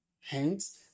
Hence